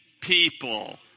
people